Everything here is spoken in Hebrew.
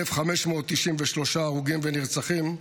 1,593 הרוגים ונרצחים,